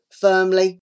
firmly